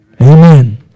amen